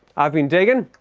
i've been dagan